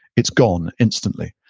it's gone instantly.